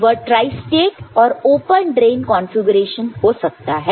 वह ट्राइस्टेट और open drain configuration हो सकता है